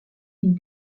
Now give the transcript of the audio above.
une